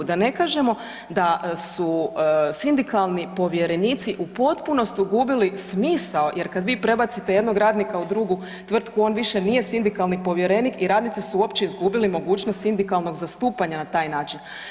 Da ne kažemo da su sindikalni povjerenici u potpunosti gubili smisao jer kad vi prebacite jednog radnika u drugu tvrtku, on više nije sindikalni povjerenik i radnici su uopće izgubili mogućnost sindikalnog zastupanja na taj način.